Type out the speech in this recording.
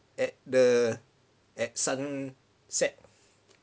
at the at sunset